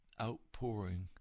outpouring